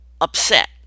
upset